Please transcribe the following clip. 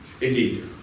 Indeed